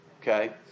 okay